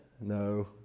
No